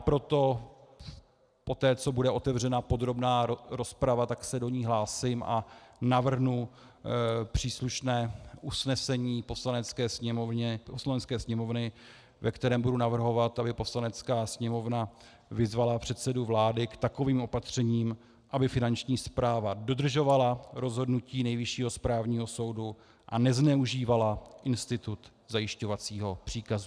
Proto poté, co bude otevřena podrobná rozprava, se do ní hlásím a navrhnu příslušné usnesení Poslanecké sněmovny, ve kterém budu navrhovat, aby Poslanecká sněmovna vyzvala předsedu vlády k takovým opatřením, aby Finanční správa dodržovala rozhodnutí Nejvyššího správního soudu a nezneužívala institut zajišťovacího příkazu.